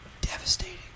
devastating